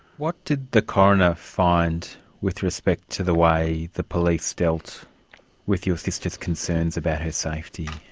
what did the coroner find with respect to the way the police dealt with your sister's concerns about her safety?